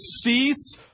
cease